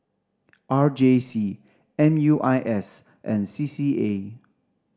R J C M U I S and C C A